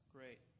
Great